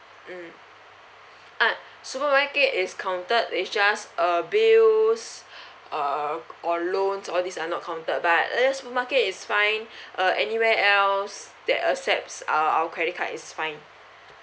mm ah supermarket is counted it just err bills err or loans all these are not counted but uh supermarket is fine uh anywhere else that accepts err our credit card is fine